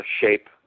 shape